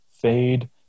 fade